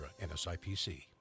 NSIPC